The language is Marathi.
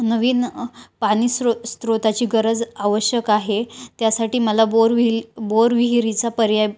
नवीन पाणीस्रोत स्त्रोताची गरज आवश्यक आहे त्यासाठी मला बोरविहीर बोरविहिरीचा पर्याय